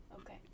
Okay